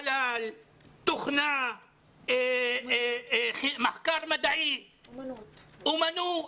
חלל, תוכנה, מחקר מדעי, אומנות.